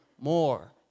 more